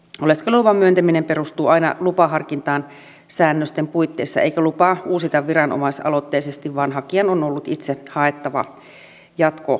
oleskeluluvan myöntäminen perustuu aina lupaharkintaan säännösten puitteissa eikä lupaa uusita viranomaisaloitteisesti vaan hakijan on ollut itse haettava jatkolupaa